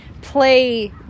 play